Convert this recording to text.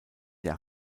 der